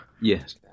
Yes